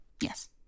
Yes